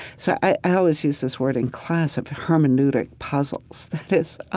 so i always use this word in class of hermeneutic puzzles. that is,